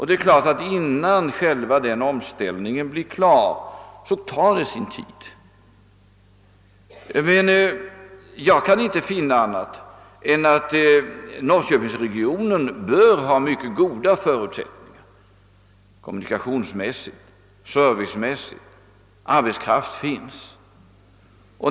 Det är klart att det tar sin tid innan själva omställningen blir klar, men jag kan inte finna annat än att norrköpingsregionen bör ha mycket goda förutsättningar såväl kommunikationsmässigt som servicemässigt och med tanke på att arbetskraft finns.